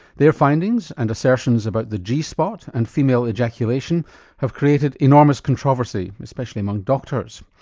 their findings and assertions about the g spot, and female ejaculation have created enormous controversy, especially among doctors.